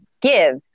give